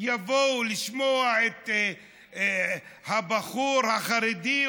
יבואו לשמוע את הבחור החרדי,